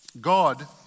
God